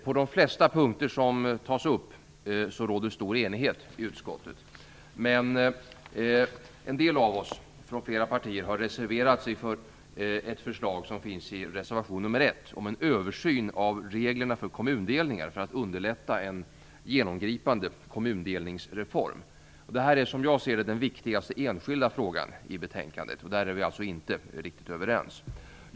På de flesta punkter som tas upp råder stor enighet i utskottet. Men en del av oss, från flera partier, har reserverat oss till förmån för ett förslag som finns i reservation nr 1, om en översyn av reglerna för kommundelningar för att underlätta en genomgripande kommundelningsreform. Det här är som jag ser det den viktigaste enskilda frågan i betänkandet och där är vi inte riktigt överens.